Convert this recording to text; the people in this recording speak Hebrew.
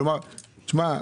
שמע,